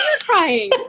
crying